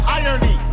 irony